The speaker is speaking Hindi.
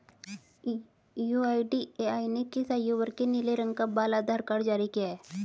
यू.आई.डी.ए.आई ने किस आयु वर्ग के लिए नीले रंग का बाल आधार कार्ड जारी किया है?